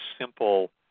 simple